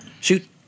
Shoot